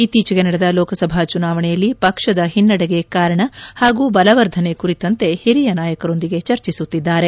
ಇತ್ತೀಚಿಗೆ ನಡೆದ ಲೋಕಸಭಾ ಚುನಾವಣೆಯಲ್ಲಿ ಪಕ್ಷ ಹಿನ್ನಡೆಗೆ ಕಾರಣ ಹಾಗೂ ಬಲವರ್ಧನೆ ಕುರಿತಂತೆ ಹಿರಿಯ ನಾಯಕರೊಂದಿಗೆ ಚರ್ಚಿಸುತ್ತಿದ್ದಾರೆ